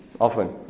often